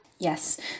Yes